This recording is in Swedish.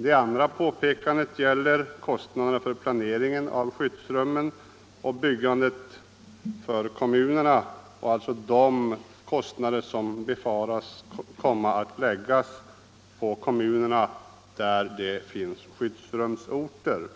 Det andra påpekandet gäller kostnader för planeringen av skyddsrumsbyggandet för kommuner med skyddsrumsorter.